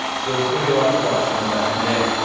so there's going to be allowed to watch in the next few days.